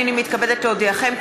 הנני מתכבדת להודיעכם,